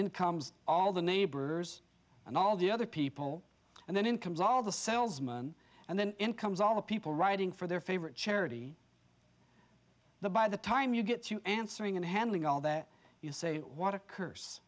in comes all the neighbors and all the other people and then in comes all the cells man and then in comes all the people writing for their favorite charity the by the time you get to answering and handling all that you say what a curse